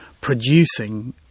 producing